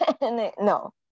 No